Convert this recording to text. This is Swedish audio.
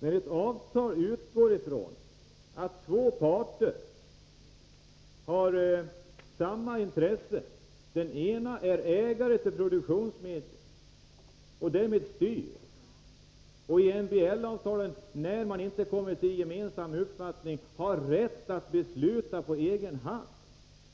Vi har här ett avtal som utgår från att två parter har samma intresse. Den ena parten är ägare av produktionsmedlen och styr därmed produktionen. Enligt MBL-avtalet har den som äger produktionsmedlen rätt att besluta på egen hand,